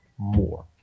More